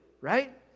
right